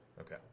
Okay